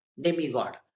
demigod